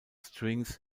strings